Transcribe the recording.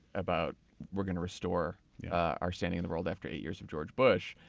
about we're going to restore our standing in the road after eight years of george bush.